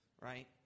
Right